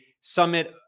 Summit